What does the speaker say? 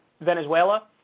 Venezuela